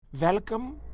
Welcome